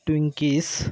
twinkies